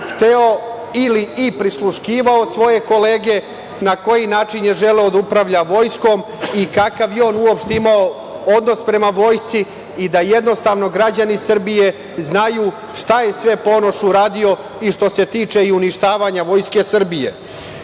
hteo i prisluškivao svoje kolege, na koji način je želeo da upravlja Vojskom i kakav je imao odnos prema Vojsci i da jednostavno građani Srbije znaju šta je sve Ponoš uradio i što se tiče uništavanja Vojske Srbije. Potom,